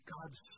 God's